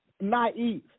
naive